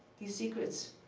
these secrets.